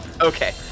Okay